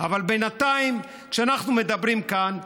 אבל בינתיים, כשאנחנו מדברים כאן,